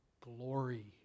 glory